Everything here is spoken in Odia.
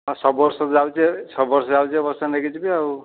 ହଁ ସବୁ ବର୍ଷ ଯାଉଛି ସବୁ ବର୍ଷ ଯାଉଛି ଏ ବର୍ଷ ନେଇକି ଯିବି ଆଉ